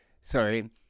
sorry